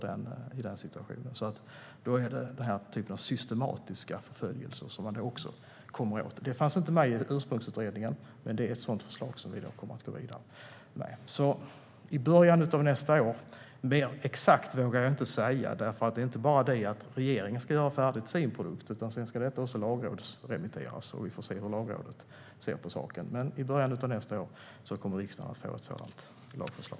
Då kommer vi också åt den här typen av systematiska förföljelser. Det fanns inte med i ursprungsutredningen, men det är ett sådant förslag som vi kommer att gå vidare med. I början av nästa år - mer exakt vågar jag inte säga. Det är inte bara det att regeringen ska göra färdig sin produkt. Den ska sedan lagrådsremitteras, och vi får se hur Lagrådet ser på saken. Men i början av nästa år kommer riksdagen att få ett sådant lagförslag.